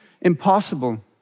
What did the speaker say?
impossible